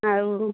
আৰু